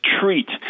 treat